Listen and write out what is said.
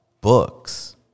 books